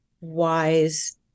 wise